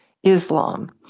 Islam